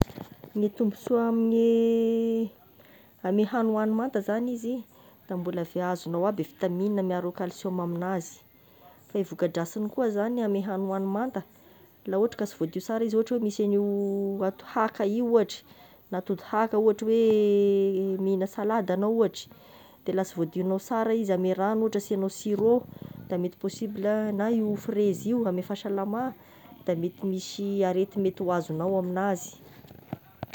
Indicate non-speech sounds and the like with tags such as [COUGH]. Ny tombosoa amy [HESITATION] amy hany hoani-manta zagny izy da mbola vi- azognao aby vitamine miaro calcium amignazy, fa e voka-drasiny koa zagny amy hany hoani-manta laha ohatry ka sy voadio sara izy ohatry misy an'io [HESITATION] atody haka io ohatry na atody haka, ohatry hoe [HESITATION] mihigna salade agnao ohatry de la sy voadiognao sara io, ame ragno ohatry asignao sur'eau, de mety possible a na io frezy io ame fahasalama da mety misy arety mety ho azognao amignazy.